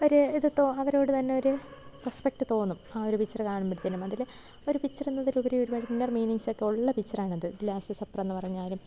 ഒരു ഒരു തോ അവരോട് തന്നെ ഒരു റെസ്പെക്റ്റ് തോന്നും ആ ഒരു പിച്ചറ് കാണുമ്പോഴ്ത്തേനും അതിൽ ഒരു പിച്ചാറെന്നതിലുപരി ഒരുപാട് ഇന്നർ മീനിങ്ങ്സക്കെ ഉള്ള പിച്ചറാണത് ലാസ്റ്റ് സപ്പറെന്ന് പറഞ്ഞാലും